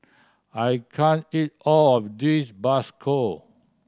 I can't eat all of this bakso